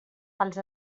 pels